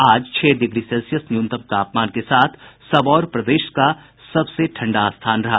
आज छह degree Celsius न्यूनतम तापमान के साथ सबौर प्रदेश का सबसे ठंडा स्थान रहा